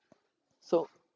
so